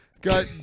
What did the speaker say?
Got